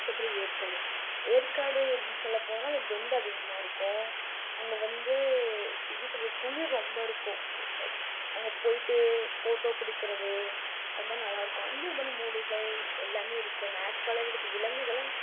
பக்கத்துலேயே ஏற்காடு ஏற்காடு எப்படின்னு சொல்ல போனோன்னா பெண்டு அதிகமாக இருக்கும் அங்கே வந்து எப்படி சொல்கிறது குளிர் ரொம்ப இருக்கும் அங்கே போய்ட்டு ஃபோட்டோ பிடிக்கிறது அது மாதிரி நல்லாயிருக்கும் அங்கேயும் இது மாதிரி மூலிகை எல்லாமே இருக்குது நேச்சுரலாகவே இருக்கும் விலங்குகள